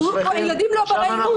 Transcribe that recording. הילדים לא ברי אימוץ.